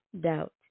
Doubt